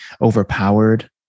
overpowered